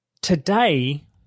today